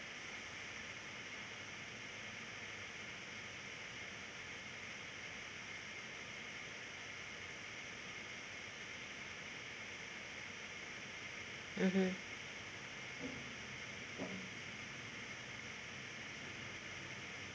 mmhmm